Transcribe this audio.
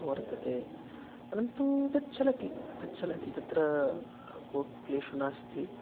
वर्तते परन्तु तच्चलति तच्चलति तत्र कोपि क्लेषो नास्ति